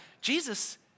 Jesus